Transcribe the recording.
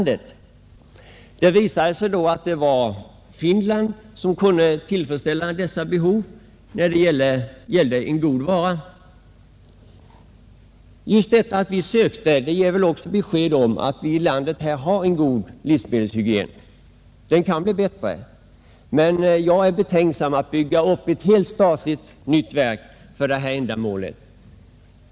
Det visade sig då att Finland var det land som kunde tillfredsställa våra behov av en god vara. Just detta att vi sökte ger väl också besked om att vi har en god livsmedelshygien. Den kan bli bättre, men jag är betänksam inför förslaget att bygga upp ett helt nytt statligt verk för detta ändamål.